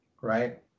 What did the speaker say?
right